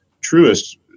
truest